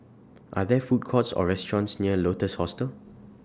Are There Food Courts Or restaurants near Lotus Hostel